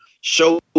show